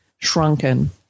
shrunken